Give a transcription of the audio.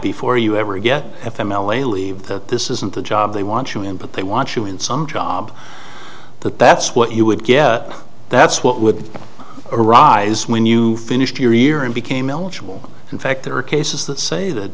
before you ever get m l a leave that this isn't the job they want you in but they want you in some job that that's what you would get that's what would arise when you finished your year and became eligible in fact there are cases that say that